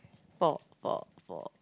four four four